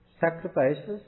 sacrifices